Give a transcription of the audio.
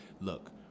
look